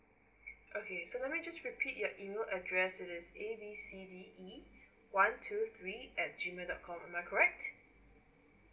okay so let me just repeat your email address is A_B_C_D_E one two three at G mail dot com am I correct